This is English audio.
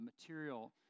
material